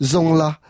Zongla